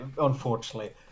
unfortunately